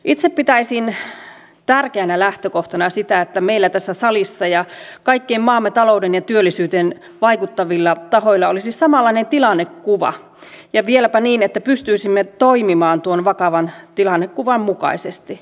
itse pitäisin tärkeänä lähtökohtana sitä että meillä tässä salissa ja kaikilla maamme talouteen ja työllisyyteen vaikuttavilla tahoilla olisi samanlainen tilannekuva ja vieläpä niin että pystyisimme toimimaan tuon vakavan tilannekuvan mukaisesti